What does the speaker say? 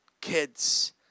kids